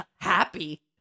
happy